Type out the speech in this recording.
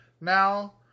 now